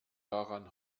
daran